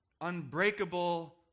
unbreakable